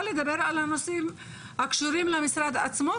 לדבר על הנושאים הקשורים למשרד עצמו.